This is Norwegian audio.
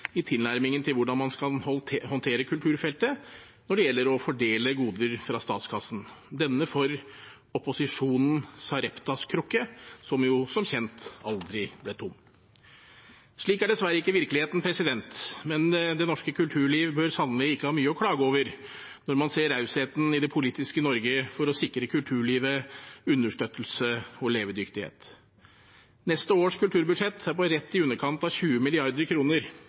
i tilnærmingen til hvordan man skal håndtere kulturfeltet når det gjelder å fordele goder fra statskassen – denne for opposisjonen Sareptas krukke, som jo som kjent aldri ble tom. Slik er dessverre ikke virkeligheten, men det norske kulturliv bør sannelig ikke ha mye å klage over når man ser rausheten i det politiske Norge for å sikre kulturlivet understøttelse og levedyktighet. Neste års kulturbudsjett er på rett i underkant av 20